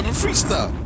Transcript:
freestyle